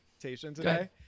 today